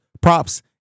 props